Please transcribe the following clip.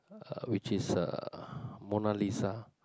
uh which is uh Mona-Lisa